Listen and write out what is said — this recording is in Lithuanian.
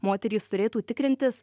moterys turėtų tikrintis